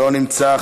לא נמצא.